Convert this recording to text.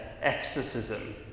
exorcism